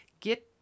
Get